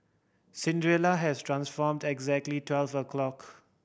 has dress transformed exactly twelve o' clock